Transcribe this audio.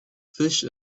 fish